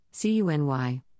CUNY